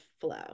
flow